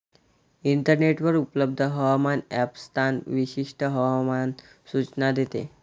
इंटरनेटवर उपलब्ध हवामान ॲप स्थान विशिष्ट हवामान सूचना देते